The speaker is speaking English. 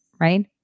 right